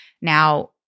Now